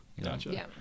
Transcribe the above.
Gotcha